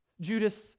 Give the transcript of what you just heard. Judas